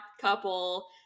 couple